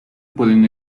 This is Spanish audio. pueden